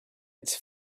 its